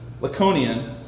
Laconian